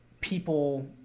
people